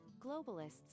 globalists